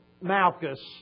Malchus